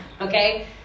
Okay